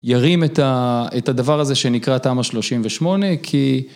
ירים את ה.. את הדבר הזה שנקרא תמ"א 38 כי...